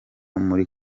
muri